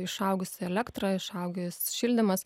išaugusi elektra išaugęs šildymas